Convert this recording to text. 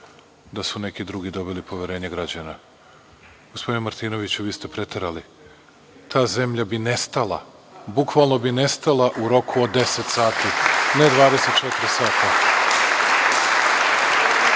da su neki drugi dobili poverenje građana. Gospodine Martinoviću, vi ste preterali. Ta zemlja bi nestala, bukvalno bi nestala u roku od 10 sati, ne 24 sata. To